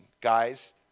Guys